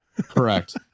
Correct